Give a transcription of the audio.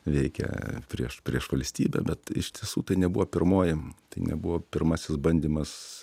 veikia prieš prieš valstybę bet iš tiesų tai nebuvo pirmoji tai nebuvo pirmasis bandymas